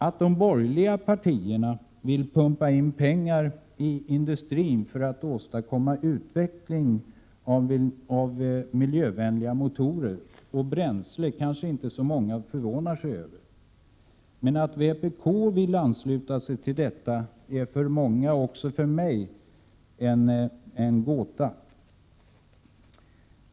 Att de borgerliga partierna vill pumpa in pengar i industrin för att åstadkomma utveckling av miljövänliga motorer och bränslen kanske inte så många förvånar sig över, men att vpk vill ansluta sig till detta är för många, också för mig, en gåta.